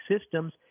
systems